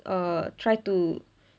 err try to